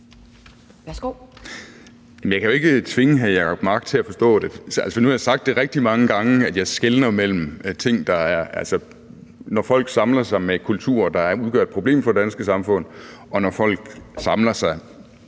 (LA): Jeg kan jo ikke tvinge hr. Jacob Mark til at forstå det. Nu har jeg sagt rigtig mange gange, at jeg skelner mellem, når folk samler sig i kulturer, der udgør et problem for det danske samfund, og når folk samler sig